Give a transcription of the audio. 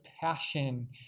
passion